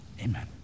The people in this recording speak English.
Amen